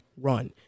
run